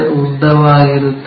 ಉದ್ದವಾಗಿರುತ್ತದೆ